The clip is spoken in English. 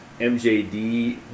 MJD